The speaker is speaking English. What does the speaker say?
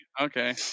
Okay